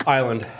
Island